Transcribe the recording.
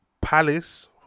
Palace